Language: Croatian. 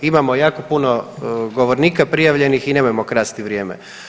Imamo jako puno govornika prijavljenih i nemojmo krasti vrijeme.